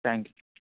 thank you